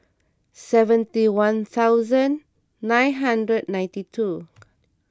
seventy one thousand nine hundred ninety two